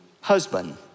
husband